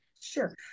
Sure